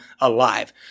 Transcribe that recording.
alive